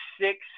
six